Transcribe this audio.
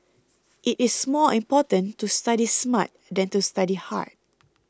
it is more important to study smart than to study hard